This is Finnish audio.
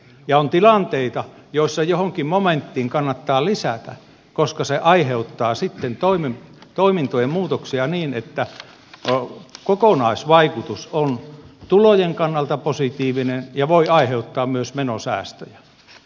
ja on tilanteita joissa johonkin momenttiin kannattaa lisätä koska se aiheuttaa sitten toimintojen muutoksia niin että kokonaisvaikutus on tulojen kannalta positiivinen ja voi aiheuttaa myös menosäästöjä